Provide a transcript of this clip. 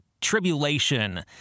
tribulation